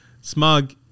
Smug